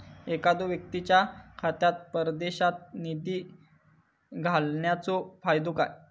एखादो व्यक्तीच्या खात्यात परदेशात निधी घालन्याचो फायदो काय?